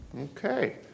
Okay